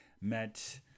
met